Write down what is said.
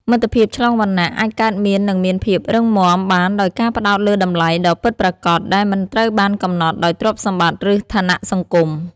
មិត្តភាពឆ្លងវណ្ណៈអាចកើតមាននិងមានភាពរឹងមាំបានដោយការផ្តោតលើតម្លៃដ៏ពិតប្រាកដដែលមិនត្រូវបានកំណត់ដោយទ្រព្យសម្បត្តិឬឋានៈសង្គម។